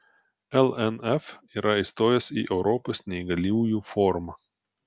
lnf yra įstojęs į europos neįgaliųjų forumą